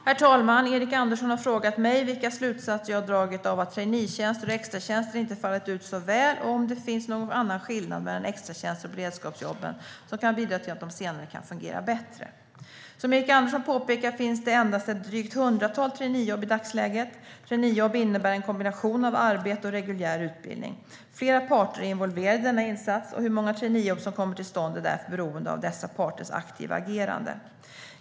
Herr talman! Erik Andersson har frågat mig vilka slutsatser jag dragit av att traineetjänster och extratjänster inte fallit ut så väl och om det finns någon annan skillnad mellan extratjänster och beredskapsjobb som kan bidra till att de senare kan fungera bättre. Som Erik Andersson påpekar finns det endast ett drygt hundratal traineejobb i dagsläget. Traineejobb innebär en kombination av arbete och reguljär utbildning. Flera parter är involverade i denna insats, och hur många traineejobb som kommer till stånd är därför beroende av dessa parters aktiva agerande.